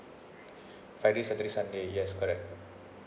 friday saturday sunday yes correct